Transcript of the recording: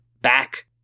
back